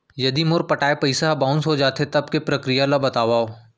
यदि मोर पटाय पइसा ह बाउंस हो जाथे, तब के प्रक्रिया ला बतावव